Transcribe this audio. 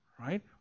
right